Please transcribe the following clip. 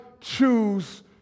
choose